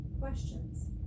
questions